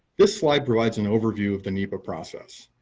this slide provides an overview of the nepa process.